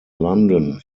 london